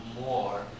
more